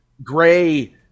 gray